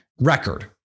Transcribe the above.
record